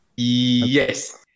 Yes